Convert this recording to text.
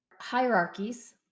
Hierarchies